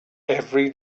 every